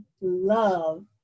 love